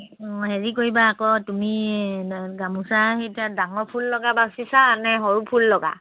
অঁ হেৰি কৰিবা আকৌ তুমি গামোচা কেইটা ডাঙৰ ফুল লগা বাচিছা নে সৰু ফুল লগা